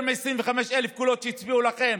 בשביל יותר מ-25,000 קולות שהצביעו לכם,